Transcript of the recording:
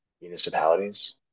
municipalities